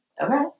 Okay